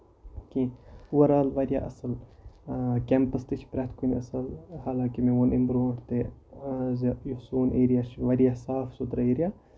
کیٚنٛہہ اور آل واریاہ اَصٕل کیمپس تہِ چھِ پرٮ۪تھ کُنہِ اَصٕل حالانٛکہِ مےٚ وۄن اَمہِ برونٹھ تہِ ز یُس سون ایریا چھُ یہِ چھُ واریاہ صاف سُتھرٕ ایریا